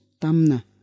tamna